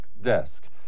desk